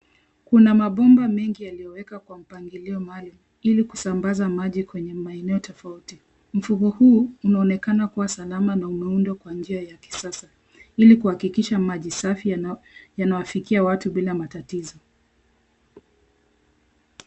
Kuna mabomba mengi yaliyowekwa kwa mpangilio maalum ili kusambaza maji kwenye maeneo tofauti. Mfumo huu unaonekana kuwa salama na umeundwa kwa njia ya kisasa ili kuhakikisha maji safi yanawafikia watu bila matatizo.